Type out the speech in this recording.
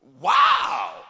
Wow